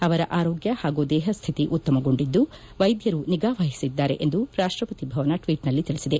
ಅವರ ಆರೋಗ್ಯ ಪಾಗೂ ದೇಹಕ್ಕಿತಿ ಉತ್ತಮಗೊಂಡಿದ್ದು ವೈದ್ವರು ನಿಗಾಮಹಿಸಿದ್ದಾರೆ ಎಂದು ರಾಷ್ಟವತಿ ಭವನ ಟ್ವಚ್ನಲ್ಲಿ ತಿಳಿಸಿದೆ